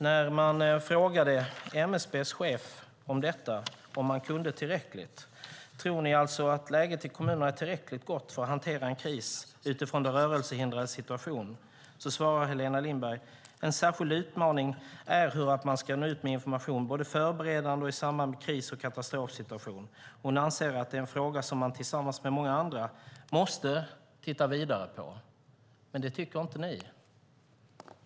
När MSB:s chef fick frågan om man tror att läget i kommunerna är tillräckligt gott för att hantera en kris utifrån de rörelsehindrades situation svarade Helena Lindberg: En särskild utmaning är hur man ska nå ut med information, både förberedande och i samband med kris och katastrofsituationer. Hon anser att det är en fråga som man tillsammans med många andra måste titta vidare på. Men det tycker inte ni.